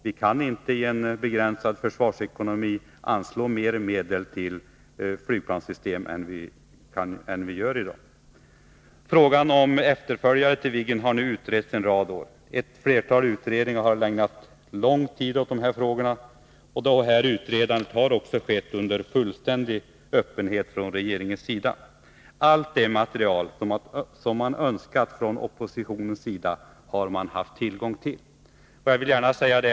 Vi kan inte i en begränsad försvarsekonomi anslå mer medel till ett flygplanssystem än vi gör i dag. Frågan om efterföljare till Viggen har nu utretts i en rad år. Ett flertal utredningar har ägnat lång tid åt dessa frågor. Utredningarna har också skett under fullständig öppenhet från regeringens sida. Allt det material som oppositionen önskat har man haft tillgång till.